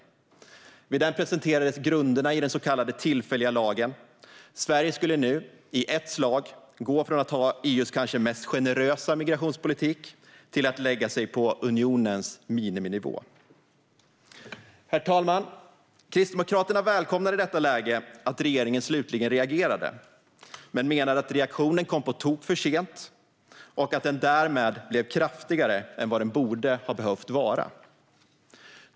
Vid denna presskonferens presenterades grunderna för den så kallade tillfälliga lagen. Sverige skulle nu i ett slag gå från att ha EU:s kanske mest generösa migrationspolitik till att lägga sig på unionens miniminivå. Herr talman! Kristdemokraterna välkomnade i detta läge att regeringen slutligen reagerade men menade att reaktionen kom på tok för sent och att den därmed blev kraftigare än vad den borde ha behövt vara.